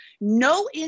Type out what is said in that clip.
no